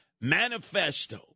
manifesto